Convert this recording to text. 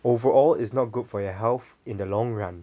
overall is not good for your health in the long run